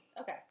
okay